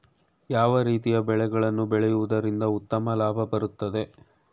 ಯಾವ ರೀತಿಯ ಬೆಳೆಗಳನ್ನು ಬೆಳೆಯುವುದರಿಂದ ಉತ್ತಮ ಲಾಭ ಬರುತ್ತದೆ?